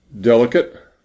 Delicate